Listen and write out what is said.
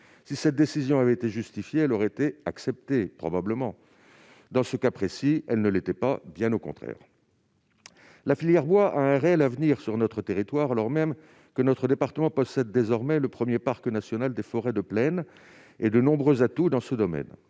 Si cette décision avait été justifiée, elle aurait été acceptée, probablement. Dans ce cas précis, elle ne l'était pas, bien au contraire. La filière bois a un réel avenir sur notre territoire, puisque notre département possède désormais le premier parc national des forêts de plaines et de nombreux atouts dans ce domaine.